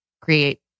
create